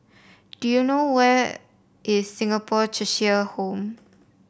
do you know where is Singapore Cheshire Home